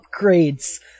upgrades